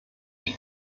mit